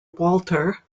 walter